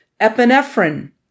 epinephrine